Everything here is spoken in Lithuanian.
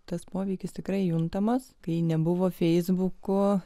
tas poveikis tikrai juntamas kai nebuvo feisbuko